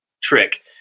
trick